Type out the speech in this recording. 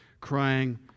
crying